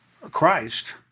christ